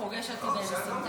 אפשר לחשוב שאתה מהתנועה שלי,